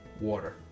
Water